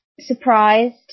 surprised